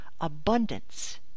abundance